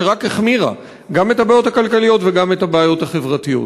שרק החמירה גם את הבעיות הכלכליות וגם את הבעיות החברתיות.